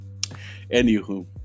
Anywho